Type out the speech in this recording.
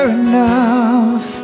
enough